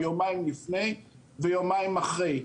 יומיים לפני ויומיים אחרי.